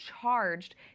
charged